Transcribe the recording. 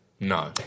No